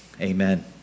Amen